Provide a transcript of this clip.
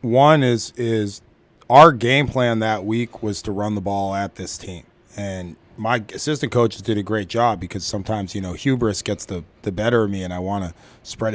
one is is our game plan that week was to run the ball at this team and my guess is the coach did a great job because sometimes you know hubris gets the better of me and i want to spread it